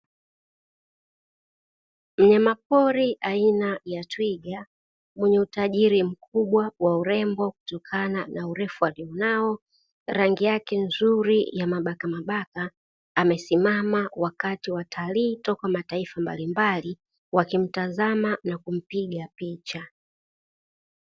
Mnyama pori aina ya Twiga mwenye utajiri mkubwa wa urembo kutokana na urefu aliona, rangi nzuri ya mabaka mabaka. Amesimama wakati watalii kutoka mataifa mbalimbali wakimtazama na kumpiga picha.